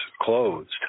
closed